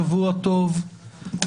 שבוע טוב לכולם.